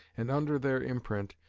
and under their imprint,